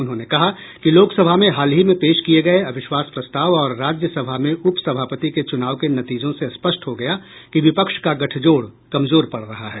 उन्होंने कहा कि लोकसभा में हाल हीं में पेश किये गये अविश्वास प्रस्ताव और राज्यसभा में उप सभापति के चुनाव के नतीजों से स्पष्ट हो गया कि विपक्ष का गठजोड़ कमजोर पड़ रहा है